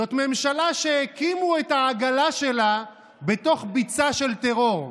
זאת ממשלה שהקימו את העגלה שלה בתוך ביצה של טרור,